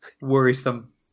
worrisome